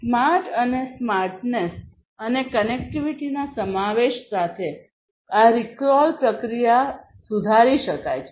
smart અને smartness અને કનેક્ટિવિટીના સમાવેશ સાથે આ રિકોલ પ્રક્રિયા સુધારી શકાય છે